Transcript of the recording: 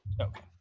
Okay